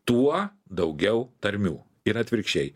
tuo daugiau tarmių ir atvirkščiai